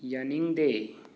ꯌꯥꯅꯤꯡꯗꯦ